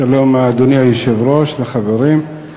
שלום לאדוני היושב-ראש, לחברים,